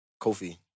Kofi